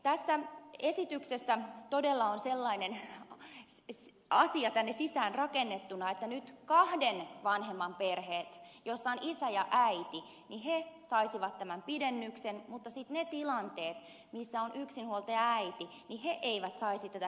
tässä esityksessä todella on sellainen asia tänne sisäänrakennettuna että nyt kahden vanhemman perheet joissa on isä ja äiti saisivat tämän pidennyksen mutta sitten niissä tilanteissa joissa on yksinhuoltajaäiti ei saataisi tätä pidennystä